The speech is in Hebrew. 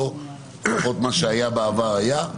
לפחות מה שהיה בעבר, היה.